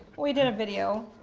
we did a video,